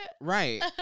Right